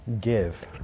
give